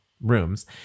Rooms